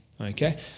Okay